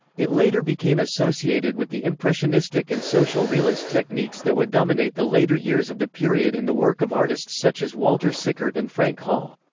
it later became associated with the impressionistic and social realist techniques that would dominate the later years of the period in the work of artists such as walter sickert and frank holl.